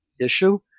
issue